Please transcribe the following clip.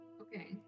Okay